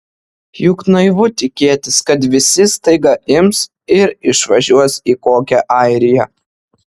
juk naivu tikėtis kad visi staiga ims ir išvažiuos į kokią airiją